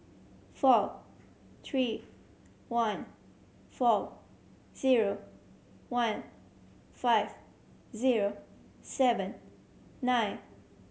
four three one four zero one five zero seven nine